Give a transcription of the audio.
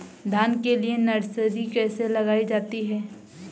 धान के लिए नर्सरी कैसे लगाई जाती है?